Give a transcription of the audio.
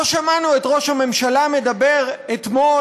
לא שמענו את ראש הממשלה מדבר אתמול,